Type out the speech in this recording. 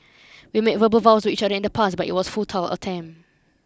we made verbal vows to each other in the past but it was futile attempt